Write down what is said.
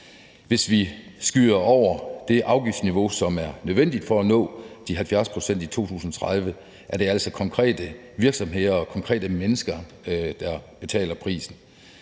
Hvis vi skyder over det afgiftsniveau, som er nødvendigt for at nå de 70 pct. i 2030, er det altså konkrete virksomheder og konkrete mennesker, der betaler prisen.